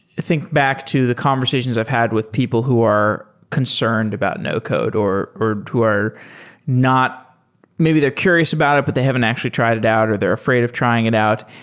think back to the conversations i've had with people who are concerned about no-code or or who are not maybe they're curious about it, but they haven't actually tried it out or they're afraid of trying it out.